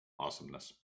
Awesomeness